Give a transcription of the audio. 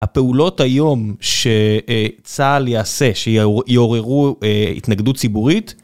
הפעולות היום שצה״ל יעשה, שיעוררו התנגדות ציבורית